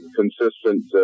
consistent